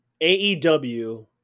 AEW